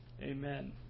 Amen